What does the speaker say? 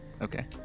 Okay